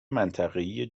منطقهای